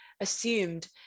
assumed